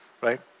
Right